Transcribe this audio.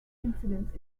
incidence